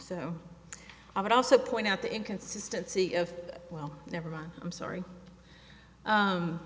so i would also point out the inconsistency of well never mind i'm sorry